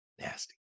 Nasty